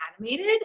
animated